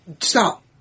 Stop